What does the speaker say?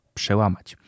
przełamać